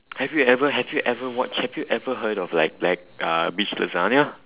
have you ever have you ever watch have you ever heard of like like uh beef lasagna